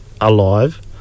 alive